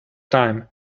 time